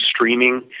streaming